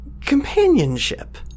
companionship